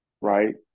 right